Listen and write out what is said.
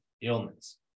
illness